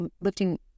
lifting